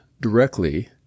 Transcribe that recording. directly